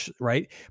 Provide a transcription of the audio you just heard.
right